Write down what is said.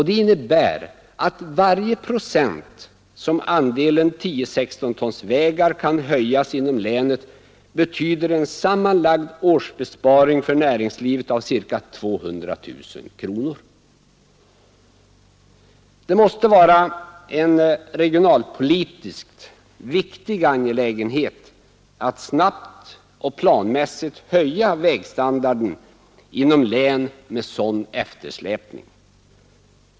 Detta innebär att varje procents höjning av andelen 10/16 tons vägar inom ett län betyder en sammanlagd årsbesparing för näringslivet av ca 200 000 kronor. Det måste vara en regionalpolitiskt viktig angelägenhet att snabbt och planmässigt höja vägstandarden inom län med sådan eftersläpning.